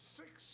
six